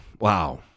Wow